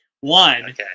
One